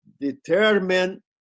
determine